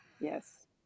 Yes